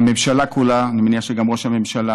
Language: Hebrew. הממשלה כולה ואני מניח שגם ראש הממשלה,